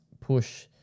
push